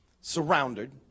surrounded